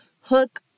Hook